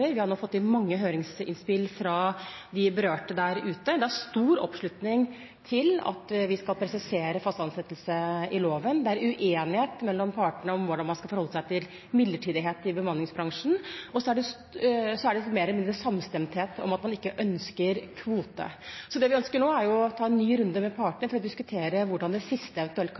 Vi har fått mange høringsinnspill fra de berørte der ute. Det er stor oppslutning om at vi skal presisere fast ansettelse i loven, det er uenighet mellom partene om hvordan man skal forholde seg til midlertidighet i bemanningsbransjen, og det er mer eller mindre samstemthet om at man ikke ønsker en kvote. Det vi ønsker nå, er å ta en ny runde med partene for å diskutere hvordan det siste eventuelt